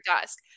desk